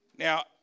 Now